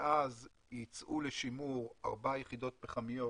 ואז ייצאו לשימור ארבע יחידות פחמיות